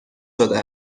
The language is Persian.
شده